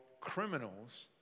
criminals